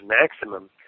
maximum